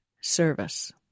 service